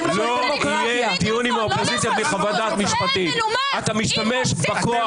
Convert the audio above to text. בלי חוות דעת משפטית של הייעוץ המשפטי -- בסדר גמור ----- בשבוע